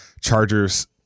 Chargers